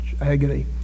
agony